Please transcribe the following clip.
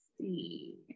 see